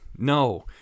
No